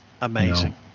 Amazing